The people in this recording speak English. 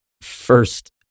first